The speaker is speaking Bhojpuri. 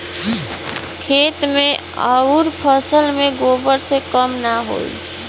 खेत मे अउर फसल मे गोबर से कम ना होई?